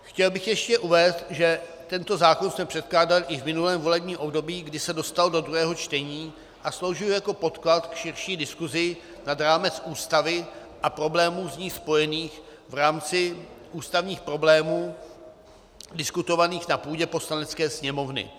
Chtěl bych ještě uvést, že tento zákon jsem předkládal již v minulém volebním období, kdy se dostal do druhého čtení a sloužil jako podklad k širší diskusi nad rámec Ústavy a problémů s ní spojených v rámci ústavních problémů diskutovaných na půdě Poslanecké sněmovny.